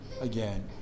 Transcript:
again